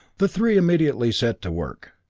the three immediately set to work.